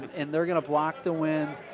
and they're going to block the wind,